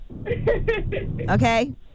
Okay